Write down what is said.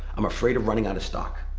i'm afraid of running out of stock.